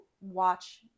watch